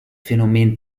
phänomen